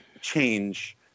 change